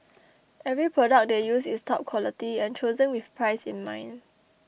every product they use is top quality and chosen with price in mind